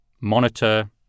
monitor